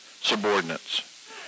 subordinates